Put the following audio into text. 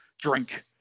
drink